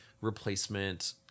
replacement